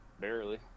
Barely